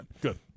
Good